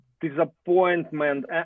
disappointment